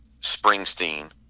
Springsteen